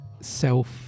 Self